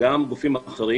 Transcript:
אלא גם גופים אחרים